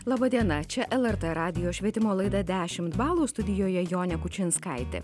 laba diena čia lrt radijo švietimo laida dešimt balų studijoje jonė kučinskaitė